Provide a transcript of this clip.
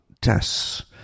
tests